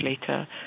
later